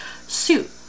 suit